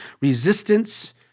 Resistance